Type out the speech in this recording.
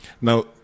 Now